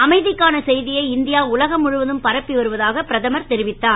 அமைதிக்கான செய்தியை இந்தியா உலகம் முழுவதும் பரப்பி வருவதாக பிரதமர் தெரிவித்தார்